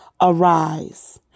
arise